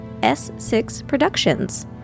s6productions